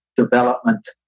Development